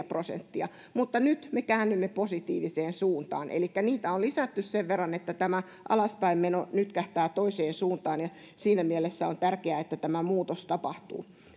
prosenttia mutta nyt me käännymme positiiviseen suuntaan elikkä niitä on lisätty sen verran että tämä alaspäinmeno nytkähtää toiseen suuntaan ja siinä mielessä on tärkeää että tämä muutos tapahtuu